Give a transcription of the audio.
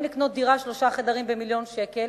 לקנות דירת שלושה חדרים במיליון שקל.